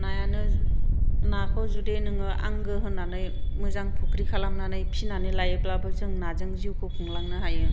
नायानो नाखौ जुदि नोङो आंगो होननानै मोजां फुख्रि खालामनानै फिसिनानै लायोब्लाबो जों नाजों जिउखौ खुंलांनो हायो